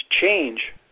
change